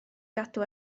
gadw